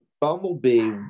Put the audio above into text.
Bumblebee